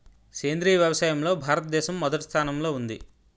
సేంద్రీయ వ్యవసాయంలో భారతదేశం మొదటి స్థానంలో ఉంది